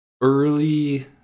early